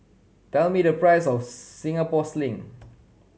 tell me the price of Singapore Sling